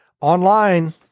online